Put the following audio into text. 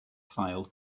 file